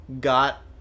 got